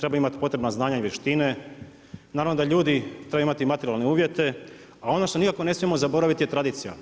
trebaju imati potrebna znanja i vještine, naravno da ljudi trebaju imati materijalne uvjete a ono što nikako ne smijemo zaboraviti, je tradicija.